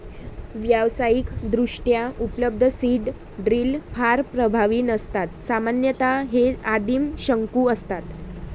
व्यावसायिकदृष्ट्या उपलब्ध seed drill फार प्रभावी नसतात सामान्यतः हे आदिम शंकू असतात